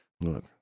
Look